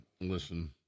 listen